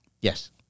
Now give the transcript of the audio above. Yes